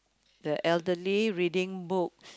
the elderly reading book